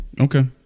Okay